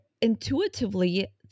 intuitively